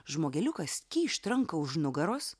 žmogeliukas kyšt ranką už nugaros